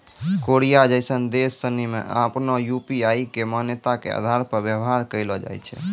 Korea जैसन देश सनि मे आपनो यू.पी.आई के मान्यता के आधार पर व्यवहार कैलो जाय छै